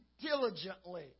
diligently